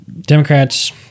Democrats